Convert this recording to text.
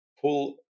pull